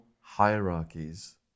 hierarchies